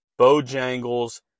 Bojangles